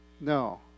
No